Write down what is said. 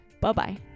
bye-bye